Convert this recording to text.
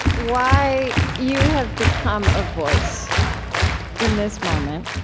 why you have become a voice in this moment